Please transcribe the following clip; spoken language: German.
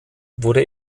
wurde